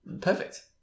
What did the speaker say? perfect